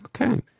Okay